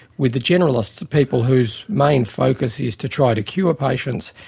with the generalists, people whose main focus is to try to cure patients,